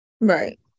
Right